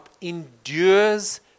endures